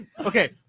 Okay